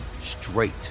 straight